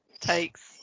takes